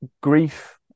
grief